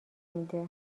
میده